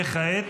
וכעת